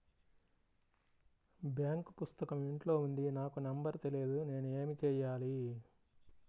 Bank పుస్తకం ఇంట్లో ఉంది నాకు నంబర్ తెలియదు నేను ఏమి చెయ్యాలి?